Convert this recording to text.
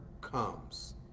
comes